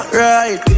right